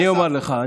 אני אומר לך.